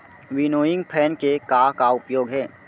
Winnowing fan के का का उपयोग हे?